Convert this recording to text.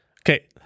okay